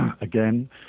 again